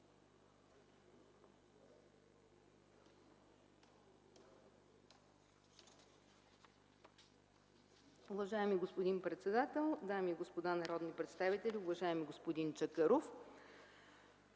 Ви, госпожо председател. Дами и господа народни представители, уважаеми господин Иванов,